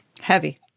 Heavy